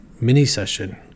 mini-session